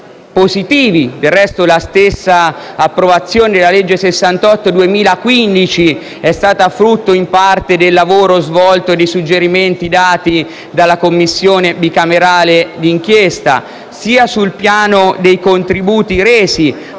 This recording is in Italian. positivi, la stessa approvazione della legge n. 68 del 2015 è stata frutto in parte del lavoro svolto e dei suggerimenti dati dalla Commissione bicamerale d'inchiesta; infine, sempre sul piano dei contributi resi,